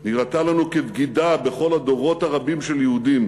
נראתה לנו כבגידה בכל הדורות הרבים של יהודים